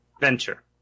Venture